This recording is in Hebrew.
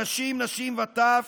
אנשים, נשים וטף,